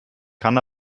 kann